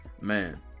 man